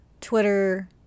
Twitter